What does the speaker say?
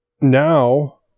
now